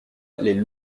les